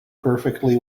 perfectly